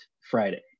Friday